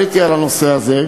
עליתי על הנושא הזה,